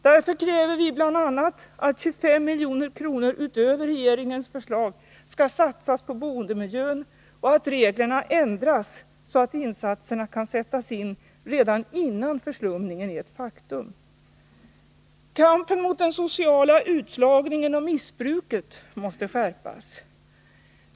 Därför kräver vi bl.a. att 25 milj.kr. utöver regeringens förslag skall satsas på boendemiljön och att reglerna skall ändras så att insatserna kan sättas in redan innan förslumningen är ett faktum. Kampen mot den sociala utslagningen och missbruket måste skärpas.